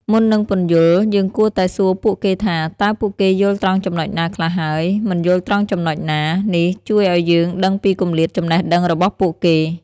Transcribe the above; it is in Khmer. មុននឹងពន្យល់ យើងគួរតែសួរពួកគេថា តើពួកគេយល់ត្រង់ចំណុចណាខ្លះហើយ មិនយល់ត្រង់ចំណុចណា? នេះជួយឱ្យយើងដឹងពីគម្លាតចំណេះដឹងរបស់ពួកគេ។